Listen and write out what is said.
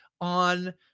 on